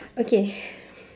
okay